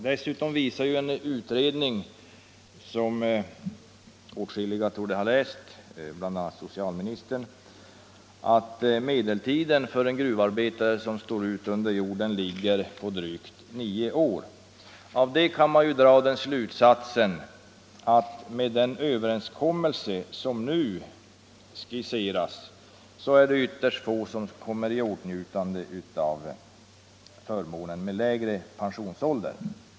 Dessutom visar en utredning som åtskilliga torde ha läst, bl.a. socialministern, att medeltiden för hur länge en gruvarbetare står — Rörlig pensionsålut under jorden ligger på drygt nio år. Av det kan man dra slutsatsen — der m.m. att med den överenskommelse som nu skisseras är det ytterst få som kommer i åtnjutande av förmånen med lägre pensionsålder.